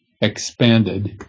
expanded